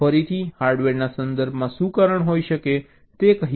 ફરીથી હાર્ડવેરના સંદર્ભમાં શું કારણ હોઈ શકે છે તે કહીએ